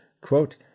Quote